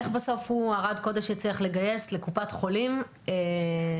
איך בסוף ערד קודש יצליח לגייס לקופת חולים פסיכולוגים?